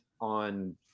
on